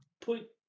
put